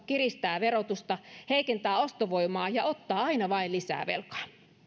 kiristää verotusta heikentää ostovoimaa ja ottaa aina vain lisää velkaa